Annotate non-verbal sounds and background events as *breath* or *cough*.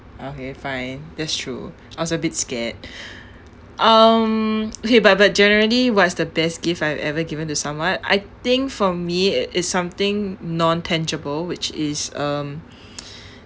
okay fine that's true I was a bit scared *breath* um okay but but generally what is the best gift I have ever given to someone I think from me it's something non-tangible which is um *breath*